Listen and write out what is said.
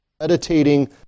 meditating